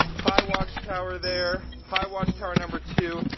hi watch tower there, hi watch tower number two,